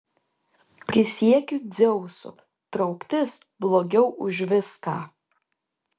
prisiekiu dzeusu trauktis blogiau už viską